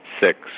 six